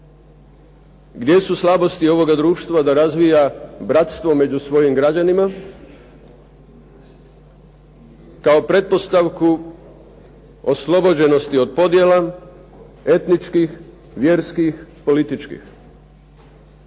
Gdje su slabosti ovoga društva da razvija bratstvo među svojim građanima kao pretpostavku oslobođenosti od podjela etničkih, vjerskih političkih?